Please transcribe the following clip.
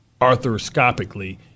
arthroscopically